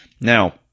Now